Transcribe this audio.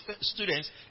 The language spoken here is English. students